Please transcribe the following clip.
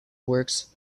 works